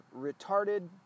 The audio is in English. retarded